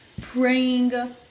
praying